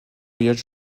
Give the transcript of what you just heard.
voyage